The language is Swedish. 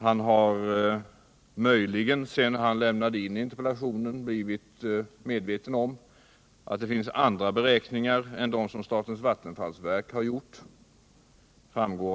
Han har möjligen, sedan han lämnade in interpellationen, blivit medveten om att det finns andra beräkningar än dem som statens vattenfallsverk gjort.